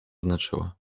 znaczyła